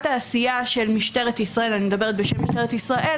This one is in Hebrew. העשייה של משטרת ישראל אני מדברת בשם משטרת ישראל